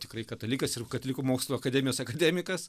tikrai katalikas ir katalikų mokslo akademijos akademikas